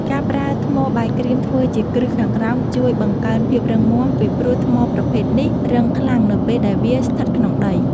ការប្រើថ្មបាយក្រៀមធ្វើជាគ្រឹះខាងក្រោមជួយបង្កើនភាពរឹងមាំ ពីព្រោះថ្មប្រភេទនេះរឹងខ្លាំងនៅពេលដែលវាស្ថិតក្នុងដី។